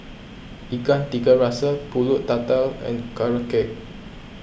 Ikan Tiga Rasa Pulut Tatal and Carrot Cake